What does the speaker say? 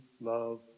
love